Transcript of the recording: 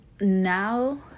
Now